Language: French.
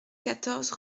quatorze